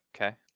Okay